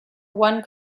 one